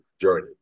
journey